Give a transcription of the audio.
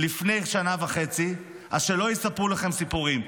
לפני שנה וחצי, אז שלא יספרו לכם סיפורים.